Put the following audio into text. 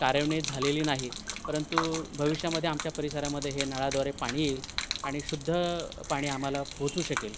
कारेवने झालेली नाही परंतु भविष्यामध्ये आमच्या परिसरामध्ये हे नळाद्वारे पाणी येईल आणि शुद्ध पाणी आम्हाला पोहोचू शकेल